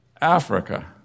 Africa